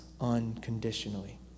unconditionally